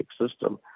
system